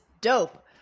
dope